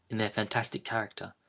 in their fantastic character,